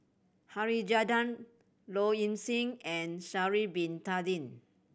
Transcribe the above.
Harichandra Low Ing Sing and Sha'ari Bin Tadin